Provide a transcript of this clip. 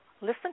listen